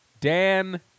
Dan